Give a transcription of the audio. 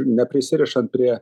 neprisirišant prie